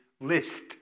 list